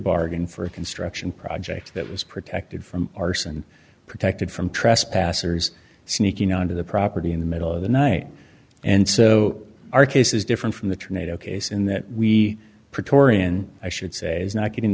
bargain for a construction project that was protected from arson protected from trespassers sneaking onto the property in the middle of the night and so our case is different from the trade ok so in that we are in i should say is not getting